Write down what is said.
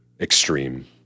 extreme